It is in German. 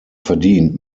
verdient